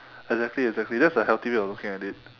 exactly exactly that's a healthy way of looking at it